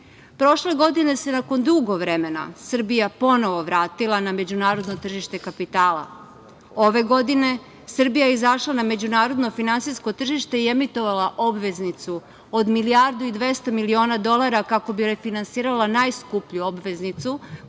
godine se nakon dugo vremena Srbija ponovo vratila na međunarodno tržište kapitala. Ove godine Srbija je izašla na međunarodno finansijsko tržište i emitovala obveznicu od milijardu i 200 miliona dolara kako bi refinansirala najskuplju obveznicu,